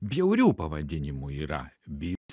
bjaurių pavadinimų yra byt